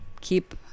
keep